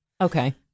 Okay